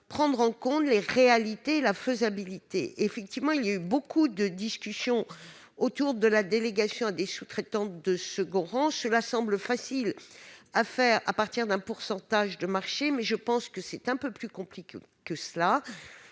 prendre en compte les réalités et la faisabilité. Effectivement, il y a eu beaucoup de discussions autour de la délégation à des sous-traitants de second rang. Cela semble facile à faire, à partir d'un pourcentage de marché, mais je pense que c'est un peu plus compliqué qu'il